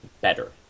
better